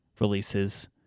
releases